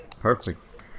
Perfect